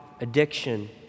addiction